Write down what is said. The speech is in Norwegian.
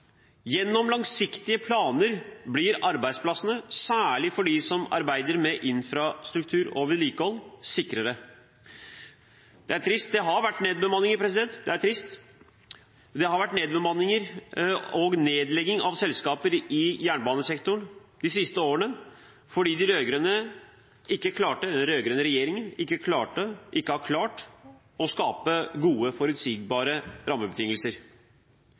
Gjennom langsiktige planer blir arbeidsplassene sikrere, særlig for dem som arbeider med infrastruktur og vedlikehold. Det har vært nedbemanninger – det er trist. Det har vært nedbemanninger og nedlegging av selskaper i jernbanesektoren de siste årene, fordi den rødgrønne regjeringen ikke har klart å skape gode, forutsigbare rammebetingelser.